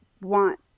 want